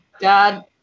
Dad